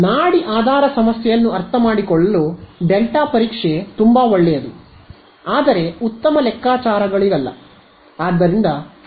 ಆದ್ದರಿಂದ ನಾಡಿ ಆಧಾರ ಸಮಸ್ಯೆಯನ್ನು ಅರ್ಥಮಾಡಿಕೊಳ್ಳಲು ಡೆಲ್ಟಾ ಪರೀಕ್ಷೆ ತುಂಬಾ ಒಳ್ಳೆಯದು ಆದರೆ ಉತ್ತಮ ಲೆಕ್ಕಾಚಾರಗಳಿಗಲ್ಲ